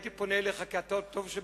הייתי פונה אליך כי אתה הטוב שבכולם: